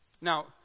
Now